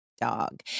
dog